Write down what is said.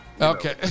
Okay